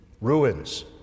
ruins